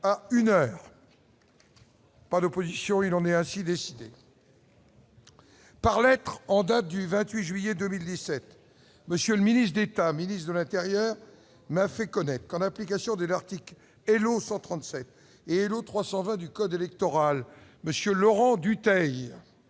à une heure par l'opposition, il en est ainsi décidé. Par lettre en date du 28 juillet 2017, monsieur le ministre d'État, ministre de l'Intérieur, m'a fait connaître qu'en application de l'article L aux 137 et nos 320 du code électoral, monsieur Laurent Dutheil